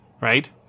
right